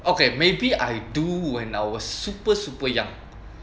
okay maybe I do when I was super super young